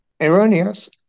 erroneous